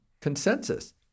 consensus